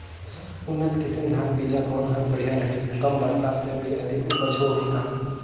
उन्नत किसम धान बीजा कौन हर बढ़िया रही? कम बरसात मे भी अधिक उपज होही का?